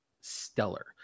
stellar